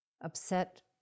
upset